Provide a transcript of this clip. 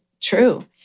true